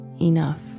enough